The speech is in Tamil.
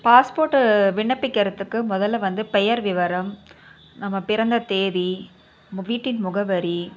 பாஸ்போர்ட்டு விண்ணப்பிக்கிறதுக்கு முதல்ல வந்து பெயர் விவரம் நம்ம பிறந்த தேதி நம்ம வீட்டின் முகவரி